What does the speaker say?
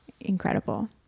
incredible